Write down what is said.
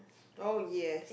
oh ya